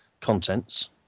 contents